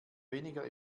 weniger